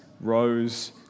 rose